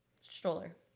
stroller